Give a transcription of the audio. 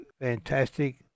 fantastic